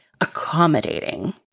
accommodating